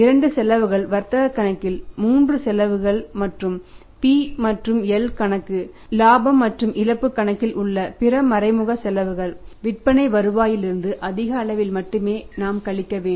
இரண்டு செலவுகள் வர்த்தக கணக்கில் 3 செலவுகள் மற்றும் P மற்றும் L கணக்கு இலாபம் மற்றும் இழப்பு கணக்கில் உள்ள பிற மறைமுக செலவுகள் பின்னர் விற்பனை வருவாயிலிருந்து அதிக அளவில் மட்டுமே நாம் கழிக்க வேண்டும்